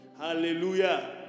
Hallelujah